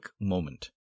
moment